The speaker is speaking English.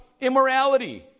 immorality